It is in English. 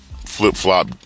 flip-flop